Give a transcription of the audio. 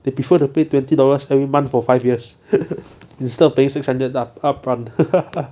they prefer to pay twenty dollars every month for five years instead of paying six hundred up~ upfront